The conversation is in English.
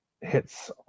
hits